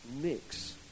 mix